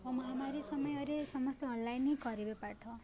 ଓ ମହାମାରୀ ସମୟରେ ସମସ୍ତେ ଅନଲାଇନ୍ ହିଁ କରିବେ ପାଠ